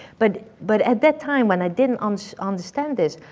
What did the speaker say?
but but at that time, when i didn't um so understand this,